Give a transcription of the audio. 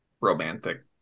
romantic